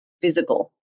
physical